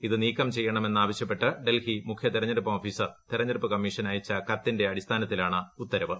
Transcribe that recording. ഇത് നീക്കം ചെയ്യണമെന്ന് ആവശ്യപ്പെട്ട് ഡൽഹി മുഖ്യ തെരഞ്ഞെടുപ്പ് ഓഫീസർ തെരഞ്ഞെടുപ്പ് കമ്മീഷന്്അയച്ച കത്തിന്റെ അടിസ്ഥാനത്തിലാണ് ഉത്തരവ്